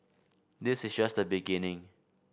this is just the beginning